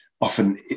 often